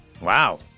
Wow